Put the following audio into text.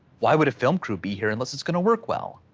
why would a film crew be here unless it's gonna work well?